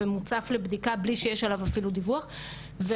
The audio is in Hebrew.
אבל הפעילות היא די יעילה,